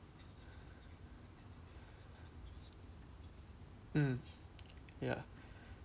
mm ya